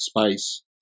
space